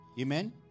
Amen